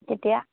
তেতিয়া